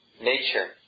Nature